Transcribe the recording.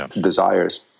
desires